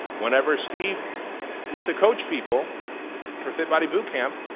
whenever steve used to coach people for fit body boot camp,